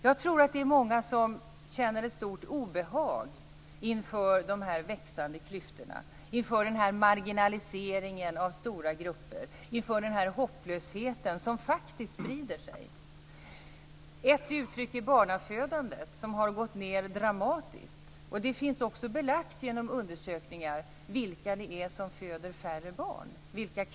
Det är nog många som känner ett stort obehag inför de växande klyftorna, inför marginaliseringen av stora grupper och inför den hopplöshet som sprider sig. Ett uttryck för detta är barnafödandet. Det har gått ned dramatiskt. Det finns också belagt i undersökningar vilka kvinnor det är som föder färre barn.